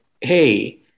hey